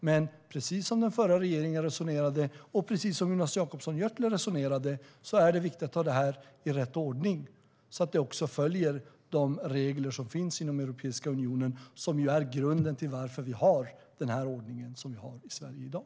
Men precis som den förra regeringen resonerade och precis som Jonas Jacobsson Gjörtler resonerade är det viktigt att ta detta i rätt ordning så att det följer de regler som finns inom Europeiska unionen, som är grunden till att vi har den ordning som vi har i Sverige i dag.